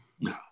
No